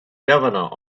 governor